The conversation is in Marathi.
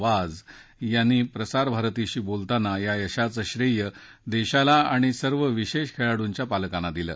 वाझ यांनी प्रसार भारतीशी बोलताना या यशाचं श्रेय देशाला आणि सर्व विशेष खेळाडूंच्या पालकांना दिलं